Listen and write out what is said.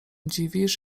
dziwisz